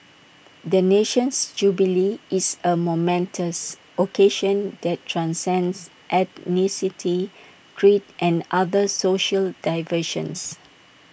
the nation's jubilee is A momentous occasion that transcends ethnicity creed and other social divisions